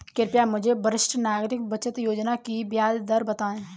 कृपया मुझे वरिष्ठ नागरिक बचत योजना की ब्याज दर बताएं